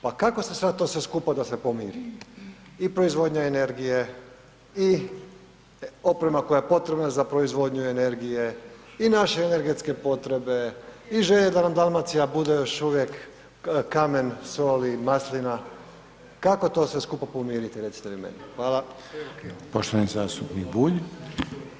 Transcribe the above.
Pa kako sada to sve skupa da se pomiri i proizvodnja energije i oprema koja je potrebna za proizvodnju energije i naše energetske potrebe i želje da nam Dalmacija bude još uvijek kamen, sol i maslina, kako sve to skupa pomoriti recite vi meni?